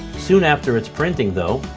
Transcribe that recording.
soon after its printing though,